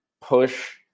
push